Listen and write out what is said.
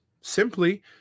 simply